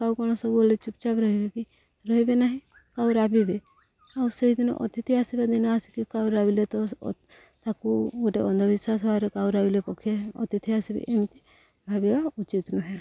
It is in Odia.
କାଉ କ'ଣ ସବୁବେଳେ ଚୁପଚାପ ରହିବେ କି ରହିବେ ନାହିଁ କାଉ ରାବିବେ ଆଉ ସେଇଦିନ ଅତିଥି ଆସିବା ଦିନ ଆସିକି କାଉ ରାବିଲେ ତ ତାକୁ ଗୋଟେ ଅନ୍ଧବିଶ୍ୱାସ ଭାବରେ କାଉ ରାବିଲେ ପକ୍ଷୀ ଅତିଥି ଆସିବେ ଏମିତି ଭାବିବା ଉଚିତ ନୁହେଁ